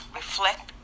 reflect